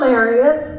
areas